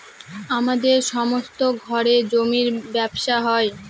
আমাদের সমস্ত ঘরে জমির ব্যবসা হয়